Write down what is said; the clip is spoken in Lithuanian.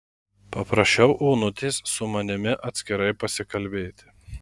paprašiau onutės su manimi atskirai pasikalbėti